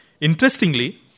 Interestingly